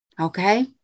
Okay